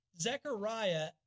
Zechariah